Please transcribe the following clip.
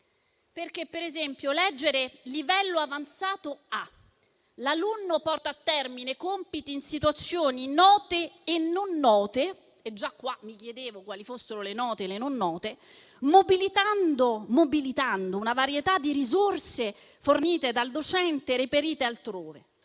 per esempio, lessi: «livello avanzato, l'alunno porta a termine compiti in situazioni note e non note» (e già mi chiedevo quali fossero le situazioni note e quelle non note) «mobilitando una varietà di risorse fornite dal docente, reperite altrove».